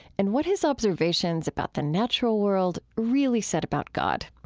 and what his observations about the natural world really said about god.